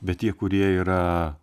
bet tie kurie yra